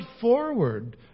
forward